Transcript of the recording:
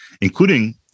including